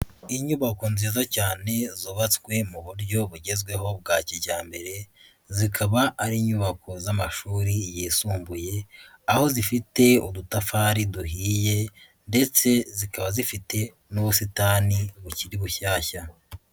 Inyubako nziza cyane zubatswe mu buryo bugezweho bwa kijyambere zikaba ari inyubako z'amashuri yisumbuye, aho zifite udutafari duhiye ndetse zikaba zifite n'ubusitani bukiri bushyashya.